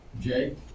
Jake